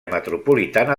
metropolitana